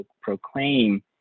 proclaim